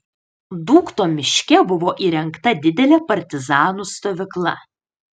dūkto miške buvo įrengta didelė partizanų stovykla